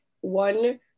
one